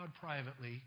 privately